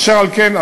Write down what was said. אשר על כן,